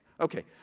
Okay